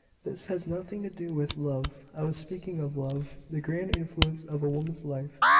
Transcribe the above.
this has nothing to do with love. i was speaking of love the grand influence of a woman's life,